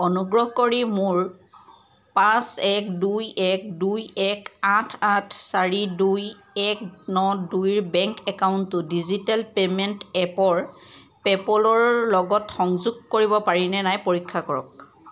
অনুগ্ৰহ কৰি মোৰ পাঁচ এক দুই এক দুই এক আঠ আঠ চাৰি দুই এক ন দুই বেংক একাউণ্টটো ডিজিটেল পে'মেণ্ট এপৰ পে'পলৰ লগত সংযোগ কৰিব পাৰি নে নাই পৰীক্ষা কৰক